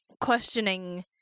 questioning